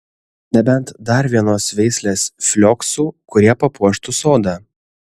nebent dar vienos veislės flioksų kurie papuoštų sodą